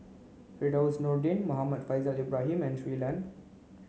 Firdaus Nordin Muhammad Faishal Ibrahim and Shui Lan